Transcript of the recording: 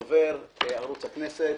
דובר, ערוץ הכנסת.